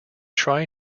tri